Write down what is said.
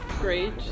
great